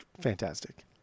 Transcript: fantastic